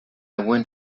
went